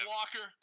Walker